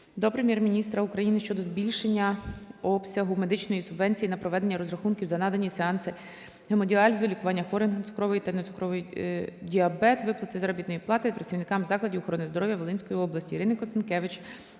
до Прем'єр-міністра України щодо збільшення обсягу медичної субвенції на проведення розрахунків за надані сеанси гемодіалізу, лікування хворих на цукровий та нецукровий діабет, виплати заробітної плати працівникам закладів охорони здоров'я Волинської області.